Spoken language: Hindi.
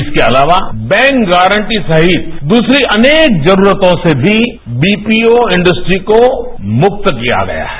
इसके अलावा बैंक गारंटी सहित दूसरी अनेक जरूरतों से भी बीपीओ इंडस्ट्री को मुक्त किया गया है